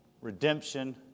redemption